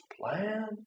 plan